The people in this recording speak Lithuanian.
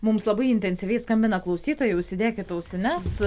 mums labai intensyviai skambina klausytojai užsidėkit ausines